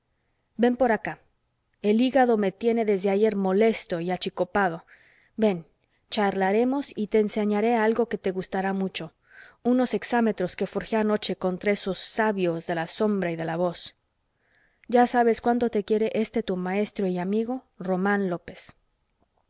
ven por acá el hígado me tiene desde ayer molesto y achicopalado ven charlaremos y te enseñaré algo que te gustará mucho unos exámetros que forjé anoche contra esos sabios de la sombra y de la voz ya sabes cuánto te quiere este tu maestro y amigo román lópez